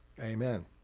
Amen